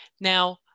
Now